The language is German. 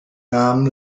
namen